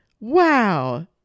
Wow